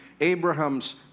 Abraham's